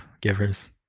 givers